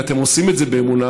ואתם עושים את זה באמונה.